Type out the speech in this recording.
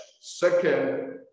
Second